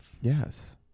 yes